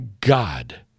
God